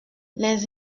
les